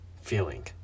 feeling